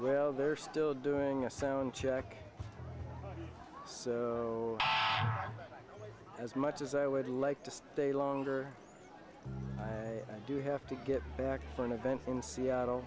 well there are still doing a sound check so as much as i would like to stay longer do you have to get back for an event in seattle